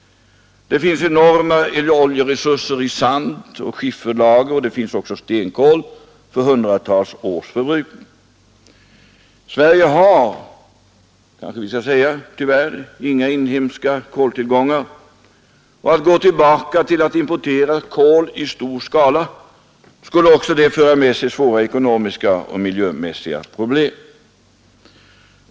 Det finns enorma oljeresurser i sandoch skifferlager, och det finns också stenkol för hundratals års förbrukning. Sverige har tyvärr inga inhemska koltillgångar, och att gå tillbaka till att importera kol i stor skala skulle också det föra med sig svåra ekonomiska och miljömässiga problem.